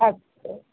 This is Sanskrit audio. अस्तु